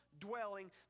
dwelling